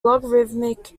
logarithmic